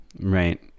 Right